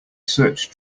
search